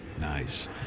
Nice